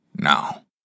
now